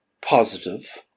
positive